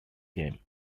game